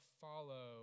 follow